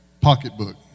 pocketbook